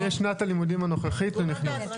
משנת הלימודים הנוכחית הוא נכנס.